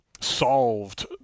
solved